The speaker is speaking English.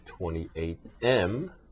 28m